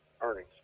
earnings